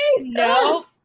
No